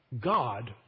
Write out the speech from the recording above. God